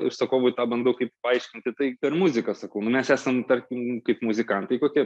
užsakovui tą bandau kaip paaiškinti tai per muziką sakau nu mes esam tarkim kaip muzikantai kokie